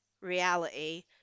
reality